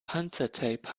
panzertape